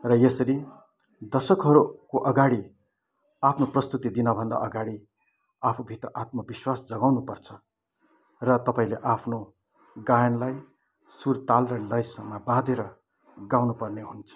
र यसरी दर्शकहरूको अगाडि आफ्नो प्रस्तुति दिनभन्दा अगाडि आफूभित्र आत्मविश्वास जगाउनु पर्छ र तपाईँले आफ्नो गायनलाई सुर ताल र लयसँग बाँधेर गाउनु पर्ने हुन्छ